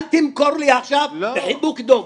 אל תמכור לי עכשיו חיבוק דב,